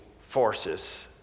forces